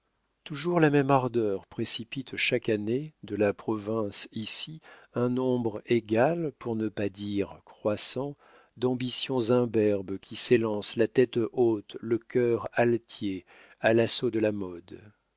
toujours la même ardeur précipite chaque année de la province ici un nombre égal pour ne pas dire croissant d'ambitions imberbes qui s'élancent la tête haute le cœur altier à l'assaut de la mode